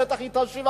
היא בטח תשיב,